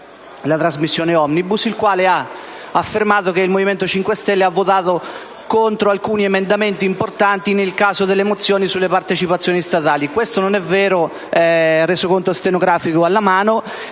Lanzillotta, la quale ha affermato che il Movimento 5 Stelle ha votato contro alcuni emendamenti importanti nel caso delle mozioni sulle partecipazioni statali. Questo non è vero, Resoconto stenografico alla mano,